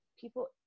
people